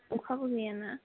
अखाबो गैयाना